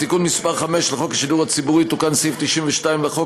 בתיקון מס' 5 לחוק השידור הציבורי הישראלי תוקן סעיף 92 לחוק